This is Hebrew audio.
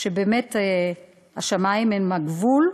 שבאמת השמים הם הגבול.